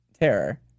terror